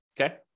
okay